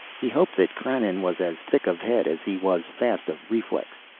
he hoped that krannon was as thick of head as he was fast of reflex.